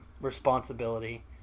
responsibility